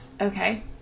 okay